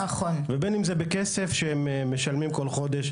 ובין אם זה בכסף שהם משלמים כל חודש